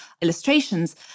illustrations